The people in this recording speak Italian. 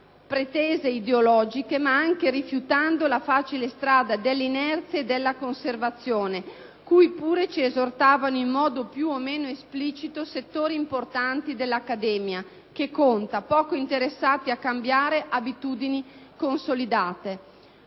pretese ideologiche ma anche rifiutando la facile strada dell'inerzia e della conservazione, cui pure ci esortavano in modo più o meno esplicito settori importanti della accademia che conta, poco interessati a cambiare abitudini consolidate.